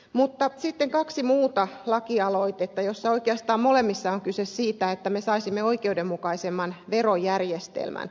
mutta sitten on kaksi muuta lakialoitetta joissa oikeastaan molemmissa on kyse siitä että me saisimme oikeudenmukaisemman verojärjestelmän